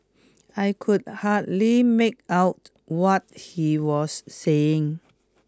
I could hardly make out what he was saying